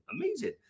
Amazing